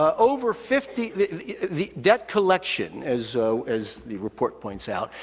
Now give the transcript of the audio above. ah over fifty the debt collection, as so as the report points out,